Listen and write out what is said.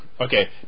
okay